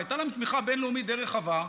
והייתה לנו תמיכה בין-לאומית די רחבה,